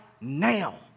now